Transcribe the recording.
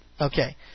Okay